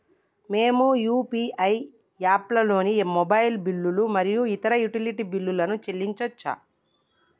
మేము యూ.పీ.ఐ యాప్లతోని మొబైల్ బిల్లులు మరియు ఇతర యుటిలిటీ బిల్లులను చెల్లించచ్చు